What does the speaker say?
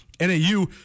NAU